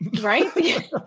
Right